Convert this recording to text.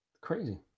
Crazy